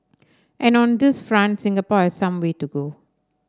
and on this front Singapore has some way to go